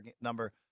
number